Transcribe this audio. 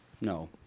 No